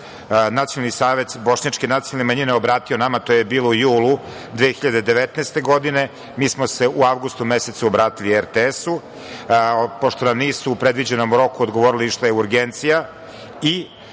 Nacionalni savet bošnjačke nacionalne manjine obratio nama, to je bilo u julu 2019. godine, mi smo se u avgustu mesecu obratili RTS. Pošto nam nisu u predviđenom roku odgovorili, što je urgencija,